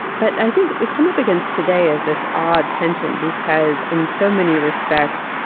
but i think we come up against today is this odd tension, because in so many respects,